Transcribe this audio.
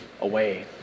away